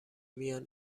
میان